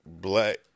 black